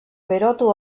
berotu